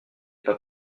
pas